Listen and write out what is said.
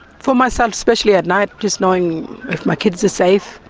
for myself especially at night, just knowing if my kids are safe,